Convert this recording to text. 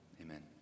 amen